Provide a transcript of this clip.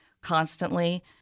constantly